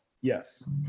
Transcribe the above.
Yes